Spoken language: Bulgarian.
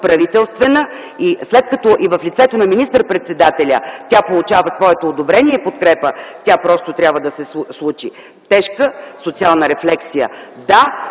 правителствена отговорност. След като и в лицето на министър-председателя тя получава своето одобрение и подкрепа, тя просто трябва да се случи. Тежка социална рефлексия – да,